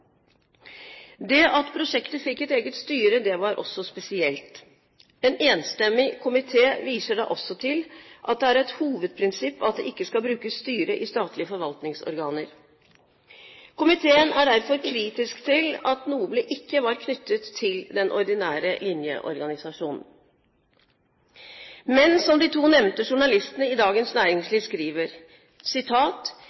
Det at prosjektet fikk et eget styre var også spesielt. En enstemmig komité viser da også til at det er et hovedprinsipp at det ikke skal brukes styre i statlige forvaltningsorganer. Komiteen er derfor kritisk til at NOBLE ikke var knyttet til den ordinære linjeorganisasjonen. Men som de to nevnte journalistene i Dagens